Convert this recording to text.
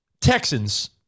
Texans